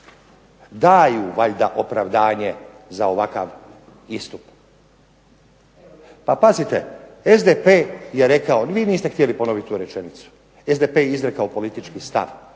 daju valjda opravdanje za ovakav istup. Pa pazite SDP je rekao vi niste htjeli ponoviti tu rečenicu. SDP je izrekao politički stvar